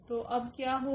तो अब क्या होगा